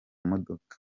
modoka